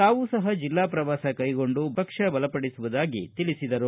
ತಾವೂ ಸಹ ಜಿಲ್ಲಾ ಪ್ರವಾಸ ಕೈಗೊಂಡು ಪಕ್ಷ ಬಲಪಡಿಸುವುದಾಗಿ ತಿಳಿಸಿದರು